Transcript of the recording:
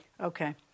Okay